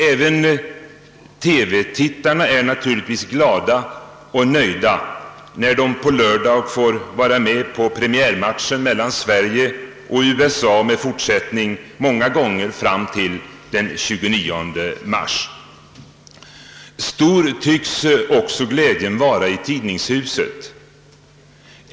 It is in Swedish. Även TV-tittarna är naturligtvis glada och nöjda när de på lördagen får vara med på premiärmatchen mellan Sverige och USA med fortsättning av sändningarna många gånger fram till den 29 mars. Stor förefaller också glädjen vara i tidningshuset.